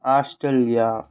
Australia